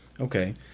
Okay